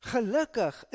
Gelukkig